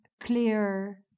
clear